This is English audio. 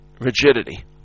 rigidity